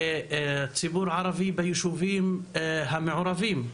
ציבור ערבי ביישובים המעורבים,